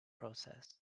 process